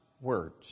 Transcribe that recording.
words